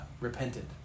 repented